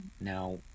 Now